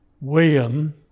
William